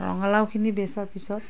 ৰঙালাওখিনি বেচাৰ পিছত